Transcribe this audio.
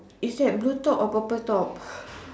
is that blue top or purple top